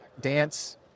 dance